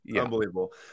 Unbelievable